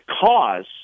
cause